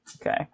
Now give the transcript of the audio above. Okay